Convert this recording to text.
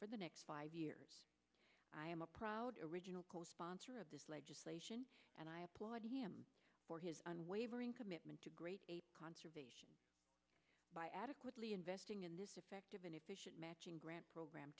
for the next five years i am a proud original co sponsor of this legislation and i applaud him for his unwavering commitment to great conservation by adequately investing in this effective and efficient matching grant program